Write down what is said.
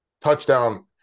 touchdown